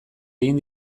egin